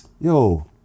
yo